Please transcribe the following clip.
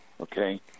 okay